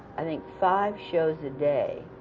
i think, five shows a day,